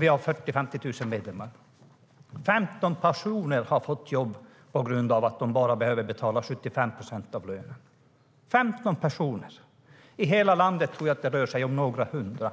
Vi har 40 000-50 000 medlemmar. 15 personer har fått jobb som ett resultat av att man bara behöver betala 75 procent av lönen. Det är alltså bara 15 personer, och i hela landet tror jag att det rör sig om några hundra.